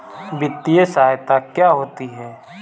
वित्तीय सहायता क्या होती है?